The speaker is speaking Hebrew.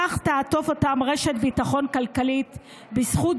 כך תעטוף אותם רשת ביטחון כלכלית בזכות